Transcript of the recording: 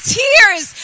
tears